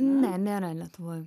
ne nėra lietuvoj